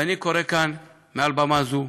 ואני קורא כאן, מעל במה זו,